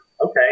Okay